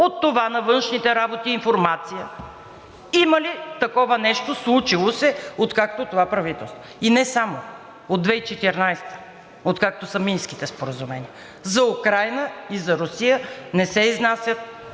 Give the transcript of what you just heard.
от това на Външните работи информация: има ли случило се такова нещо, откакто е това правителство, и не само. От 2014 г., откакто са Минските споразумения, за Украйна и за Русия не се изнасят